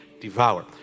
devour